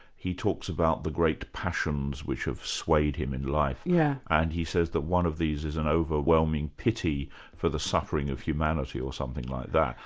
he talks about the great passions which have swayed him in life, yeah and he says that one of these is an overwhelming pity for the suffering of humanity or something like that.